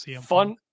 Fun